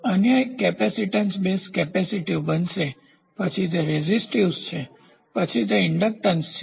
અન્ય એક capacitance base capacitive બનશે પછી તે રેઝીસ્ટીવ છે પછી તે ઇન્ડક્ટન્સ છે